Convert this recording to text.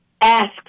ask